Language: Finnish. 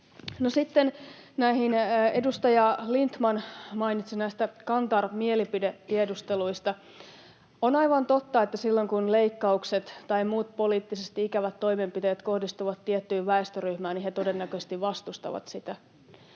edustaja Lindtman mainitsi näistä Kantar-mielipidetiedusteluista. On aivan totta, että silloin kun leikkaukset tai muut poliittisesti ikävät toimenpiteet kohdistuvat tiettyyn väestöryhmään, he todennäköisesti vastustavat sitä.